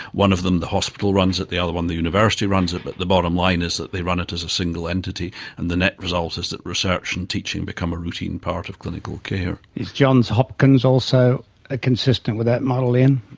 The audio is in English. one of them the hospital runs it, the other one the university runs it, but the bottom line is that they run it as a single entity and the net result is that research and teaching become a routine part of clinical care. is johns hopkins also ah consistent with that model, ian?